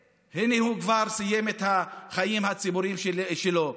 הינה, הוא כבר סיים את החיים הציבוריים שלו.